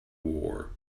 war